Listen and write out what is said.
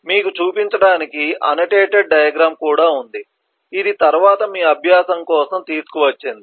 కాబట్టి మీకు చూపించడానికి అన్నోటాటెడ్ డయాగ్రమ్ కూడా ఉంది ఇది తరువాత మీ అభ్యాసం కోసం తీసుకువచ్చింది